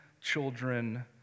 children